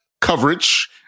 coverage